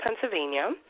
Pennsylvania